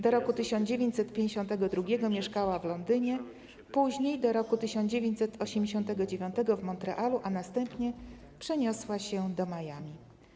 Do roku 1952 mieszkała w Londynie, później, do roku 1989, w Montrealu, a następnie przeniosła się do Miami.